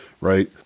right